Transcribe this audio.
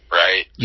right